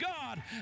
God